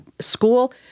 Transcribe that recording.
school